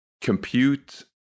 compute